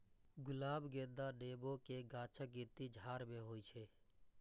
गुलाब, गेंदा, नेबो के गाछक गिनती झाड़ मे होइ छै